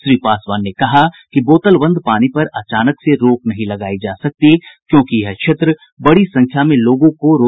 श्री पासवान ने कहा कि बोतल बंद पानी पर अचानक से रोक नहीं लगायी जा सकती क्योंकि यह क्षेत्र बड़ी संख्या में लोगों को रोजगार उपलब्ध कराता है